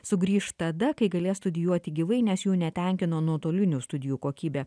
sugrįš tada kai galės studijuoti gyvai nes jų netenkino nuotolinių studijų kokybė